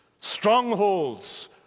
strongholds